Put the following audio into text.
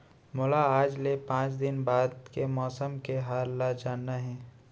मोला आज ले पाँच दिन बाद के मौसम के हाल ल जानना हे?